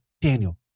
Daniel